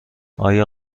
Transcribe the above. آیا